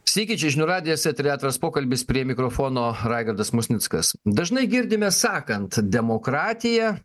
sveiki čia žinių radijas eteryje atviraspokalbis prie mikrofono raigardas musnickas dažnai girdime sakant demokratija